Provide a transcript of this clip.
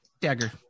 Dagger